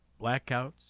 Blackouts